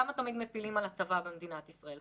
למה תמיד מפילים על הצבא במדינת ישראל?